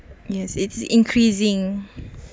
yes it's increasing